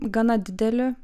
gana dideli